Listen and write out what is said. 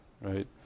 right